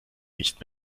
nicht